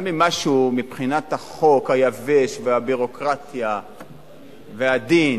גם אם משהו מבחינת החוק היבש, הביורוקרטיה והדין